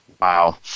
Wow